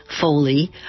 Foley